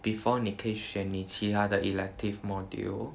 before 你可以选你其他的 elective module